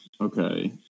Okay